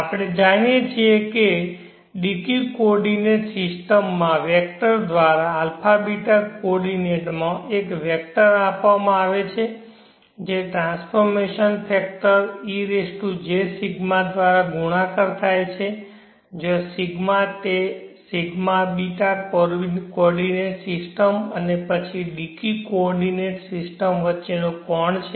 આપણે જાણીએ છીએ કે dq કોઓર્ડિનેંટ સિસ્ટમમાં વેક્ટર દ્વારા α ß કોઓર્ડિનેટમાં એક વેક્ટર આપવામાં આવે છે જે ટ્રાન્સફોર્મશન ફેક્ટર ej𝜌 દ્વારા ગુણાકાર થાય છે જ્યાં 𝜌 તે 𝜌 ß કોઓર્ડિનેંટ સિસ્ટમ અને પછી dq કોઓર્ડિનેટ સિસ્ટમ વચ્ચેનો કોણ છે